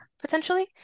potentially